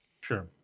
Sure